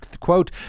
Quote